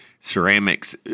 ceramics